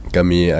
Kami